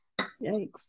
yikes